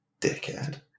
Dickhead